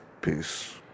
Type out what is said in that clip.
peace